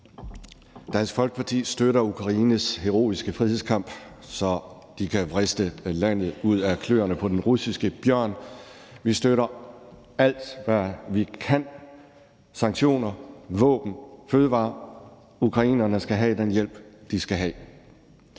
Dansk Folkeparti støtter Ukraines heroiske frihedskamp, så de kan vriste landet ud af kløerne på den russiske bjørn. Vi støtter alt, hvad vi kan: sanktioner, våben, fødevarer. Ukrainerne skal have den hjælp, de skal have.